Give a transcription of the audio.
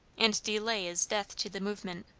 and delay is death to the movement.